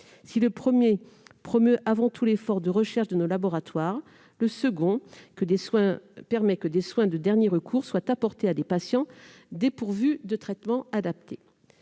Si le premier promeut avant tout l'effort de recherche de nos laboratoires, le second permet que des soins de dernier recours soient apportés à des patients dépourvus de traitement adapté.